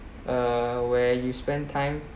uh where you spend time